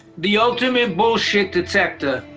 the ultimate bullshit detector.